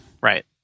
Right